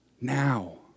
Now